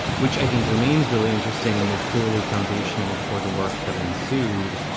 which i think remains really interesting and is clearly foundational for the work that ensued,